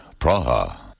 Praha